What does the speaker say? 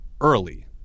early